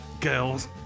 girls